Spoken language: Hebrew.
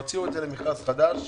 הוציאו את זה למכרז חדש,